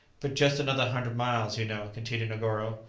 but just another hundred miles, you know, continued negoro,